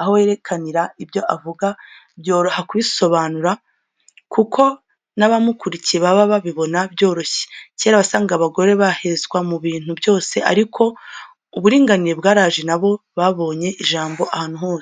aho yerekanira ibyo avuga byoroha kubisobanura kuko n'abamukurikiye baba babibona byoroshye, kera wasangaga abagore bahezwa mu bintu byose ariko uburinganire bwaraje na bo babonye ijambo ahantu hose.